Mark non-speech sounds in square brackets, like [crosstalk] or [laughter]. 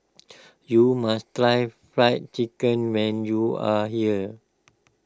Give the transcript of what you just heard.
[noise] you must try Fried Chicken when you are here